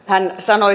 hän sanoi